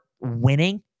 winning